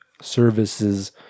services